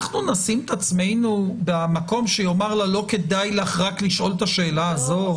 אנחנו נשים את עצמנו במקום שיאמר לא כדאי לך רק לשאול את השאלה הזו?